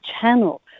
channel